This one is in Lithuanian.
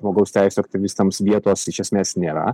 žmogaus teisių aktyvistams vietos iš esmės nėra